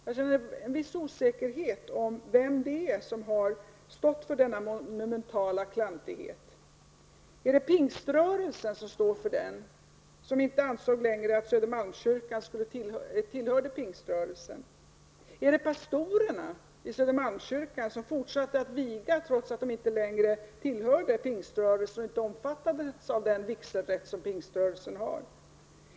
Jag känner en viss osäkerhet om vem det är som har stått för denna monumentala klantighet. Var det pingströrelsen, då man inte längre ansåg att Södermalmskyrkan tillhörde pingströrelsen? Var det pastorerna i Södermalmskyrkan, som fortsatte att viga, trots att de inte längre tillhörde pingströrelsen och inte omfattades av den vigselrätt som pingströrelsen har?